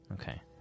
okay